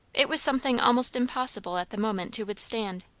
it was something almost impossible at the moment to withstand,